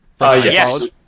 Yes